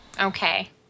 Okay